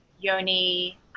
yoni